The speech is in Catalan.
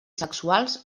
sexuals